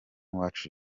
uwacu